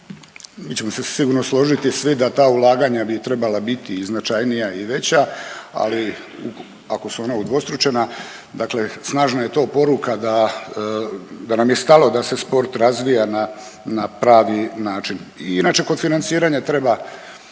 Mi ćemo se sigurno složiti svi da ta ulaganja bi trebala biti i značajnija i veća, ali ako su ona udvostručena, dakle snažna je to poruka da nam je stalo da se sport razvija na, na pravi način. I inače kod financiranja treba